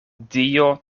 dio